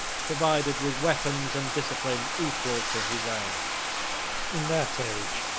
provided with weapons and discipline equal to his own in that age,